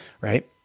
right